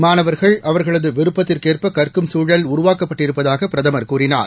மாணவர்கள் அவர்களது விருப்பத்திற்கேற்ப கற்கும் சூழல் உருவாக்கப்பட்டிருப்பதாக பிரதமர் கூறினார்